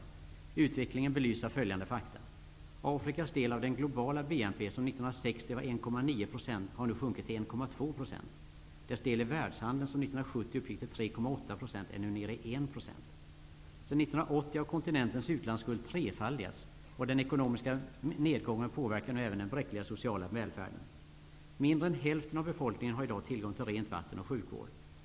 Den utvecklingen belyses av följande faktum. 1,9 %, har nu sjunkit till 1,2 %. Dess del i världshandeln, som 1970 uppgick till 3,8 %, är nu nere i 1 %. Sedan 1980 har kontinentens utalandsskuld trefaldigats. Den ekonomiska nedgången påverkar nu även den bräckliga sociala välfärden. Mindre än hälften av befolkningen har i dag tillgång till rent vatten och sjukvård.